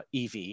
EV